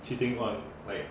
cheating on like